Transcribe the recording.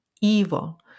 evil